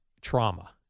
trauma